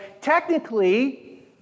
Technically